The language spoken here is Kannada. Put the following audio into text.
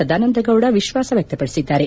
ಸದಾನಂದ ಗೌಡ ವಿಶ್ವಾಸ ವ್ಯಕ್ಷಪಡಿಸಿದ್ದಾರೆ